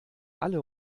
alle